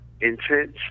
intense